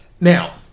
Now